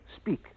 speak